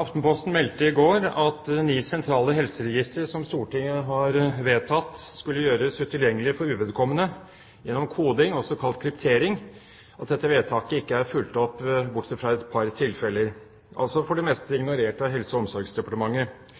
Aftenposten meldte i går at Stortingets vedtak om at ni sentrale helseregistre skulle gjøres utilgjengelige for uvedkommende gjennom koding, også kalt kryptering, ikke er fulgt opp, bortsett fra i et par tilfeller – altså for det meste ignorert av Helse- og omsorgsdepartementet.